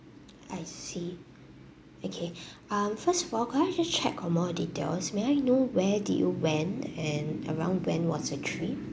I see okay um first of all can I just check for more details may I know where did you went and around when was the trip